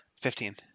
Fifteen